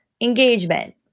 engagement